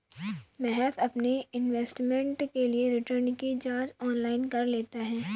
महेश अपने इन्वेस्टमेंट के लिए रिटर्न की जांच ऑनलाइन कर लेता है